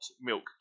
milk